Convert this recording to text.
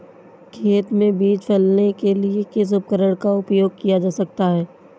खेत में बीज फैलाने के लिए किस उपकरण का उपयोग किया जा सकता है?